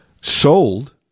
sold